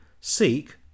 seek